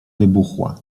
wybuchła